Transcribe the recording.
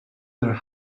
there